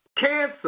cancer